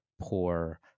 poor